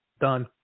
done